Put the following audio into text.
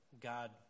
God